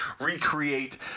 recreate